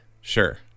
sure